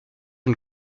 une